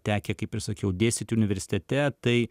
tekę kaip ir sakiau dėstyti universitete tai